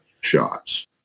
shots